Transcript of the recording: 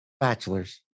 bachelor's